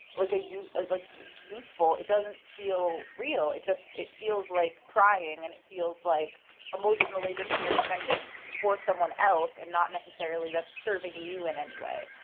like ah like like, useful. it doesn't feel real. it just it feels like prying and it feels like emotional labor that you're spending for someone else and not necessarily that's serving you in any way.